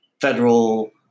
federal